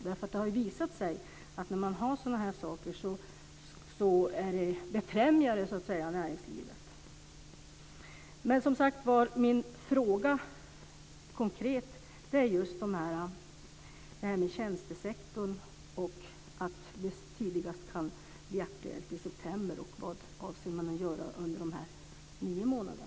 Det har ju visat sig att när man gör sådana här saker befrämjar det näringslivet. Men min konkreta fråga handlar som sagt om det här med tjänstesektorn, om att det tidigast kan bli aktuellt i september och om vad man avser att göra under de nio månaderna.